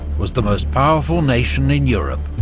was the most powerful nation in europe.